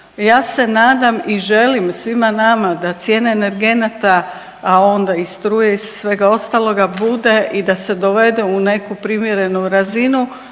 Ja se nadam i želim svima nama da cijene energenata, a onda i struje i svega ostaloga bude i da se dovede u neku primjerenu razinu,